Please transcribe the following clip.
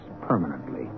permanently